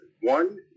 one